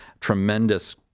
tremendous